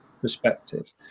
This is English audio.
perspective